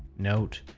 note,